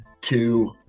two